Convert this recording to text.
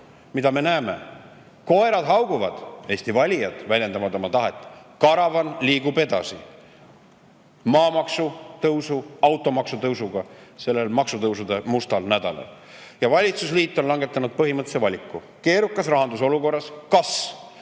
Mida me näeme? Koerad hauguvad, Eesti valijad väljendavad oma tahet, aga karavan liigub edasi maamaksutõusu ja automaksutõusuga sellel maksutõusude mustal nädalal. Ja valitsusliit on langetanud põhimõttelise valiku [selle vahel], kas